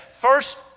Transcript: first